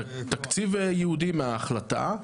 תקציב ייעודי מההחלטה,